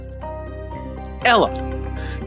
Ella